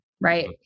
Right